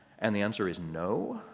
and the answer is no